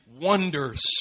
wonders